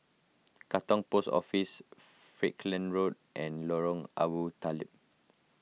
Katong Post Office Falkland Road and Lorong Abu Talib